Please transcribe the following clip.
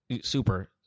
super